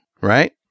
right